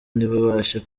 ntibabashe